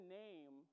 name